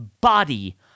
body